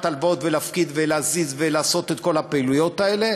הלוואות ולהפקידו ולהזיז ולעשות את כל הפעילויות האלה,